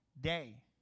day